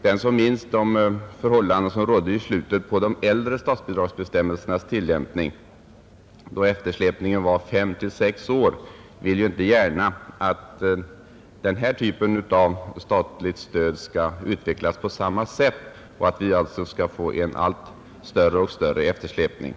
Den som minns de förhållanden som rådde i slutet av de äldre statsbidragsbestämmelsernas giltighetstid, då eftersläpningen var fem å går, vill inte gärna att denna typ av statligt stöd skall utvecklas på samma sätt och att vi alltså skall få en allt större eftersläpning.